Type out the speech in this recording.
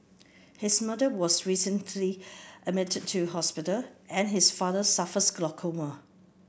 his mother was recently admitted to hospital and his father suffers glaucoma